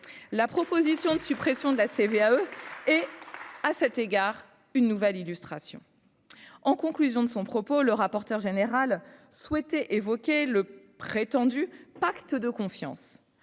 la proposition de suppression de la CVAE et à cet égard une nouvelle illustration en conclusion de son propos, le rapporteur général souhaité évoquer le prétendu pacte de confiance